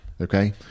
okay